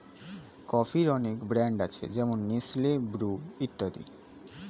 কফির অনেক ব্র্যান্ড আছে যেমন নেসলে, ব্রু ইত্যাদি